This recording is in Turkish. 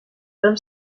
hem